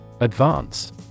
advance